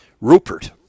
Rupert